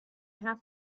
have